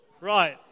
Right